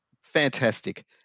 fantastic